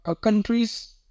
countries